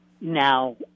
Now